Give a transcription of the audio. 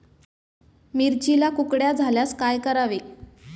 मिरचीला कुकड्या झाल्यास काय करावे?